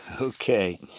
okay